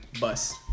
bus